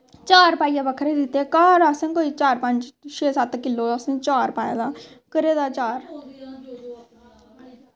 चार पाइयै बक्खरे दित्ते घर असें कोई चार पंज छे सत्त किलो असैं चार पाए दा घरे दा चार